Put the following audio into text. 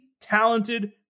talented